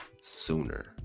sooner